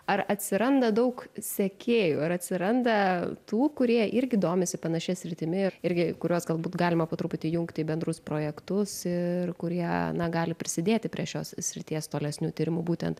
ar atsiranda daug sekėjų ar atsiranda tų kurie irgi domisi panašia sritimi ir irgi kuriuos galbūt galima po truputį jungt į bendrus projektus ir kurie na gali prisidėti prie šios srities tolesnių tyrimų būtent